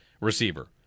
receiver